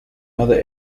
other